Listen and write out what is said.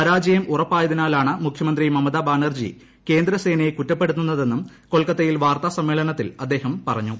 പരാജയം ഉറപ്പായതിനാലാണ് മുഖ്യമന്ത്രി മമതാ ബാനർജി കേന്ദ്രസേനയെ കുറ്റപ്പെട്ടുത്തുന്നതെന്നും കൊൽക്കത്തയിൽ വാർത്താ സമ്മേളനത്തിൽ ശ്രീ അമിത് ഷാ പറഞ്ഞു